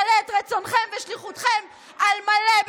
אנחנו נמלא את רצונכם ושליחותכם על מלא,